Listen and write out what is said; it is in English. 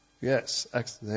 Yes